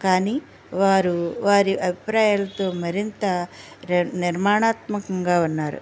కానీ వారు వారి అభిప్రాయాలతో మరింత నిర్మాణాత్మకంగా ఉన్నారు